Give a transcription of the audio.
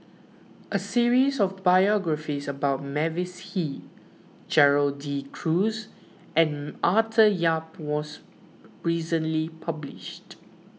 a series of biographies about Mavis Hee Gerald De Cruz and Arthur Yap was recently published